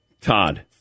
Todd